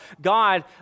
God